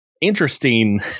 interesting